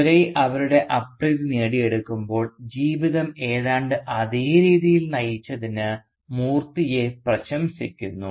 ദോരൈ അവരുടെ അപ്രീതി നേടിയെടുക്കുമ്പോൾ ജീവിതം ഏതാണ്ട് അതേ രീതിയിൽ നയിച്ചതിന് മൂർത്തിയെ പ്രശംസിക്കുന്നു